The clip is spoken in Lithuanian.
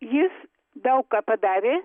jis daug ką padarė